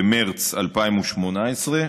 במרס 2018,